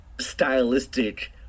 stylistic